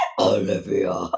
Olivia